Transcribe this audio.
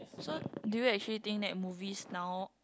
so do you actually think that movies now